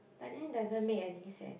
but then doesn't make any sense